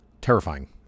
Terrifying